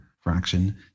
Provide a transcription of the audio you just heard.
fraction